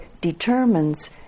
determines